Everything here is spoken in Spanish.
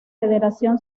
federación